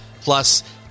plus